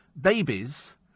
babies